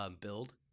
build